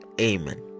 Amen